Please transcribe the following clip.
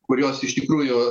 kurios iš tikrųjų